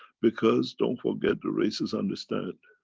because don't forget the races understand